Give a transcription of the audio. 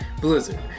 blizzard